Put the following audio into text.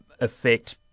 affect